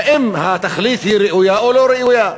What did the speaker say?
האם התכלית ראויה או לא ראויה?